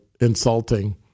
insulting